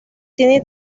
tiene